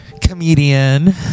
comedian